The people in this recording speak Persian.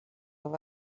بود